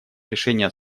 решения